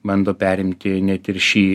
bando perimti net ir šį